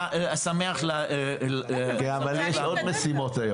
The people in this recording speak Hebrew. לעומת זאת,